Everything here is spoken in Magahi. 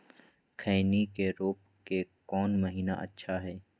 खैनी के रोप के कौन महीना अच्छा है?